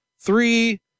Three